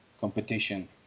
competition